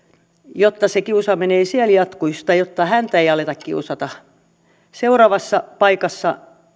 jotta se kiusaaminen ei jatkuisi tai jotta häntä ei alettaisi kiusata seuraavassa paikassa